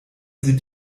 sieht